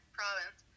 province